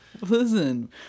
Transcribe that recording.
Listen